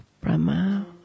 Brahma